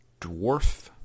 dwarf